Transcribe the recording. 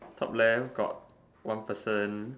top left got one person